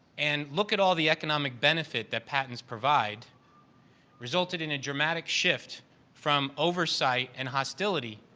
and look at all the economic benefit that patents provide resulted in a dramatic shift from oversight and hostility,